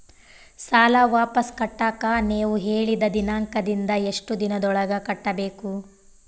ಸಾಲ ವಾಪಸ್ ಕಟ್ಟಕ ನೇವು ಹೇಳಿದ ದಿನಾಂಕದಿಂದ ಎಷ್ಟು ದಿನದೊಳಗ ಕಟ್ಟಬೇಕು?